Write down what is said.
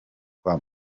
kwa